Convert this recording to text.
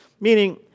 meaning